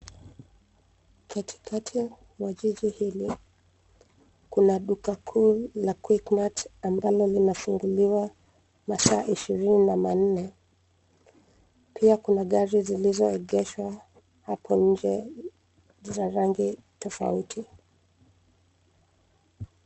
Katikati mwa jiji hili, kuna duka kuu la quick mart ambalo linafunguliwa masaa ishirini na manne. Pia kuna gari zilizoegeshwa hapo nje za rangi tofauti.